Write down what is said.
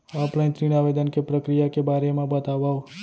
Offline ऋण आवेदन के प्रक्रिया के बारे म बतावव?